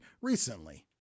recently